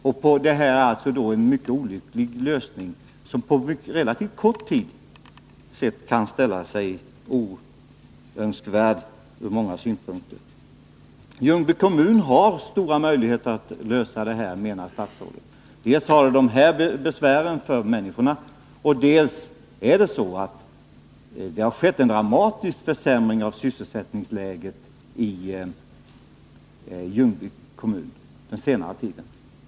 Denna fråga får alltså en mycket olycklig lösning, som på relativt kort tid kan ställa sig som icke önskvärd ur många synpunkter. Ljungby kommun har stora möjligheter att lösa denna fråga, menar statsrådet. Det gäller dels besvären för dessa människor, dels att det skett en dramatisk försämring av sysselsättningsläget i Ljungby kommun på senare tid.